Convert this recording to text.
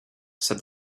said